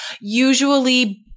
usually